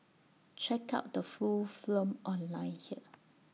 check out the full film online here